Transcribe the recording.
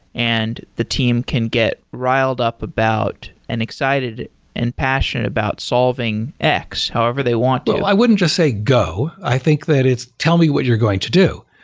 and the team can get riled up about and excited and passionate about solving x however they want to i wouldn't just say go. i think that it's tell me what you're going to do.